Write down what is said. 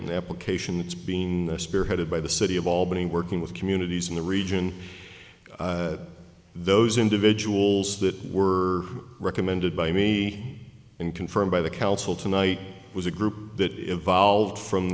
grant application that's been spearheaded by the city of albany working with communities in the region those individuals that were recommended by me and confirmed by the council tonight was a group that evolved from